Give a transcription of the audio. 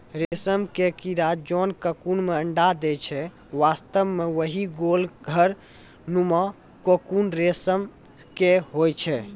रेशम के कीड़ा जोन ककून मॅ अंडा दै छै वास्तव म वही गोल घर नुमा ककून रेशम के होय छै